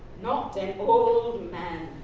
not an old man,